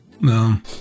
No